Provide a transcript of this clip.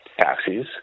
taxis